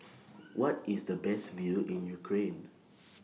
What IS The Best View in Ukraine